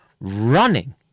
running